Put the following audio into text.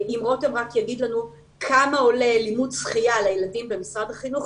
אם רותם רק יגיד לנו כמה עולה לימוד שחייה לילדים במשרד החינוך,